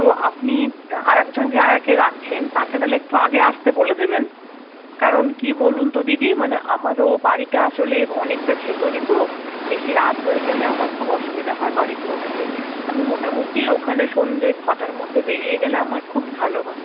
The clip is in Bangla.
তো আপনি আরেকজন যে আয়াকে রাখছেন তাকে তাহলে একটু আগে আসতে বলে দেবেন কারণ কি বলুন তো দিদি মানে আমারও বাড়িটা আসলে অনেকটা ভেতরে তো বেশি রাত হয়ে গেলে আমার খুব অসুবিধে হয় বাড়ি পৌঁছাতে আমি মোটামুটি ওখানে সন্ধ্যে ছটার মধ্যে বেরিয়ে গেলে আমার খুবই ভালো হয়